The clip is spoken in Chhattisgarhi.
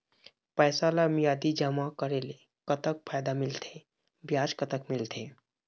पैसा ला मियादी जमा करेले, कतक फायदा मिलथे, ब्याज कतक मिलथे?